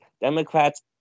Democrats